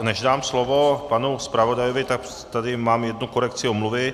Než dám slovo panu zpravodaji, tak tady mám jednu korekci omluvy.